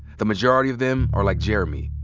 the majority of them are like jeremy,